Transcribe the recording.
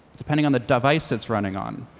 depending on the device it's running on,